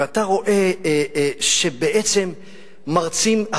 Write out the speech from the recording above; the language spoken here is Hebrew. ואתה רואה שבעצם מרצים,